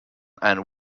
and